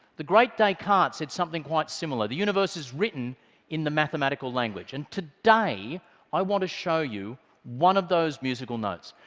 the great descartes said something quite similar. the universe is written in the mathematical language. and today, i want to show you one of those musical notes,